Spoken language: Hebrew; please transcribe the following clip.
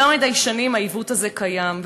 יותר מדי שנים העיוות הזה קיים,